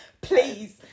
please